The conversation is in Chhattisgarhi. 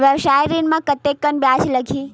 व्यवसाय ऋण म कतेकन ब्याज लगही?